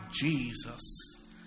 Jesus